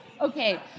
Okay